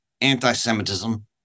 anti-Semitism